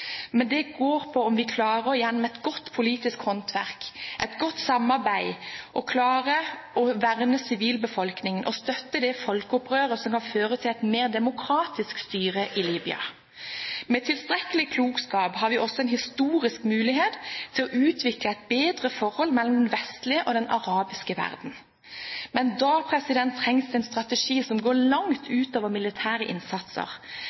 Men dette går på om vi gjennom et godt politisk håndverk og et godt samarbeid klarer å verne sivilbefolkningen og støtte det folkeopprøret som kan føre til et mer demokratisk styre i Libya. Med tilstrekkelig klokskap har vi også en historisk mulighet til å utvikle et bedre forhold mellom den vestlige og den arabiske verden. Men da trengs det en strategi som går langt